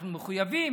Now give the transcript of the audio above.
אנחנו מחויבים,